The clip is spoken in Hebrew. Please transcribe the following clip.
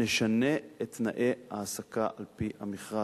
נשנה את תנאי ההעסקה על-פי המכרז.